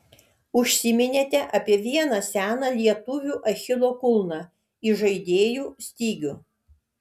užsiminėte apie vieną seną lietuvių achilo kulną įžaidėjų stygių